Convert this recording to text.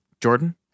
Jordan